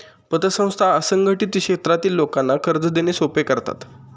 पतसंस्था असंघटित क्षेत्रातील लोकांना कर्ज देणे सोपे करतात